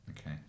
Okay